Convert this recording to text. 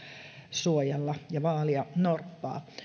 suojella ja vaalia norppaa